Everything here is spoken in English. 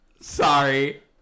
Sorry